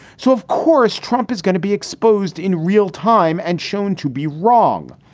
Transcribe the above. so, of course, trump is going to be exposed in real time and shown to be wrong.